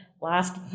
last